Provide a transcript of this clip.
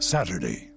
Saturday